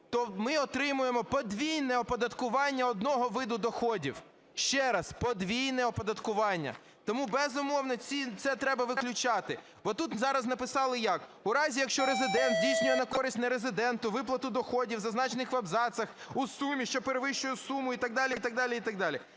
то ми отримаємо подвійне оподаткування одного виду доходів. Ще раз: подвійне оподаткування! Тому, безумовно, це треба виключати. Бо тут зараз написали як: "У разі якщо резидент здійснює на користь нерезидента виплату доходів, зазначених в абзацах, у сумі, що перевищує суму…" і т.д., і т.д., і т.д.